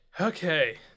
Okay